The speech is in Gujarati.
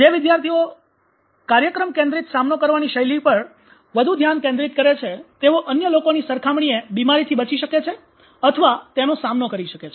જે વિદ્યાર્થીઓ કાર્યક્રમ કેન્દ્રિત સામનો કરવાની શૈલીઓ પર વધુ ધ્યાન કેન્દ્રિત કરે છે તેઓ અન્ય લોકોની સરખામણી એ બીમારીથી બચી શકે છે અથવા તેનો સામનો કરી શકે છે